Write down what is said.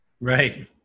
Right